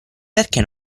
perché